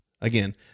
Again